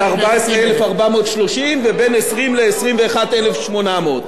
14,430, ובין 20,000 ל-21,800.